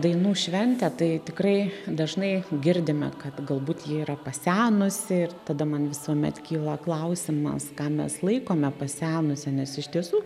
dainų šventę tai tikrai dažnai girdime kad galbūt ji yra pasenusi ir tada man visuomet kyla klausimas ką mes laikome pasenusia nes iš tiesų